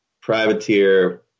privateer